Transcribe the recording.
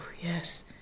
yes